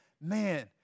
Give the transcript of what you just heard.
man